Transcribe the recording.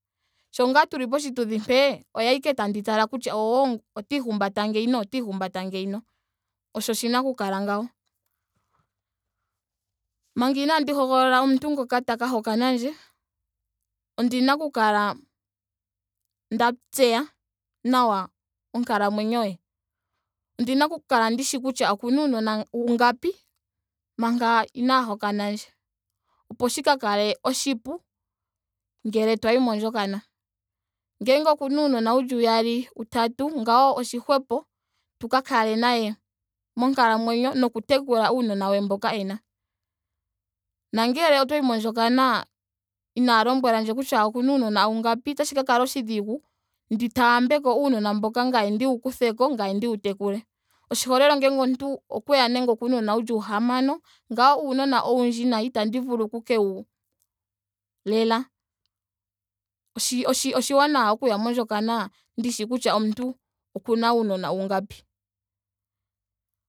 Sho ngaa tuli poshituthi mpee oye ashike tandi tala kutya ohhh ota ihumbata ngeyi ota ihumbata nge. Osho shina oku kala ngawo. Manga inaandi hogolola omuntu ngoka taka hokanandje ondina oku kala nda tseya nawa onkalamwenyo ye. Ondina oku kala nda tseya kutya okuna uunona ungapi. manga inaa hokanandje. Opo shi ka kale oshipu ngele twayi mondjokana. Ngele okuna uunona wuli iyali. utatu ngawo oshihwepo. tu ka kale naye monkalamwenyo noku tekula uunona we mboka ena. Nongele otwayi mondjokana inaa lombwela ndje kutya okuna uunona ungapi otashi ka kala ndi taambeko uunona mboka ngame ndiwu kutheko ngame ndiwu tekule. Oshiholelwa ngele omuntu ngele okweya ena uunona wuli nando uhamano ngawo uunona owundji nayi. itandi vulu oku ke wu lela. oshi oshiwanawa okuya mondjokana ndishi kutya omuntu okuna uunona ungapi.